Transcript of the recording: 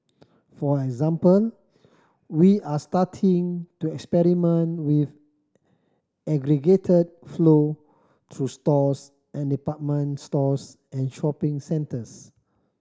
for example we're starting to experiment with aggregated flow through stores and department stores and shopping centres